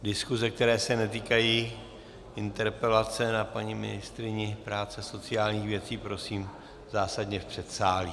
Diskuse, které se netýkají interpelace na paní ministryni práce a sociálních věcí, prosím zásadně v předsálí.